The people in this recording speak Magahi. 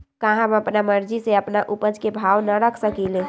का हम अपना मर्जी से अपना उपज के भाव न रख सकींले?